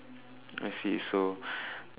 I see so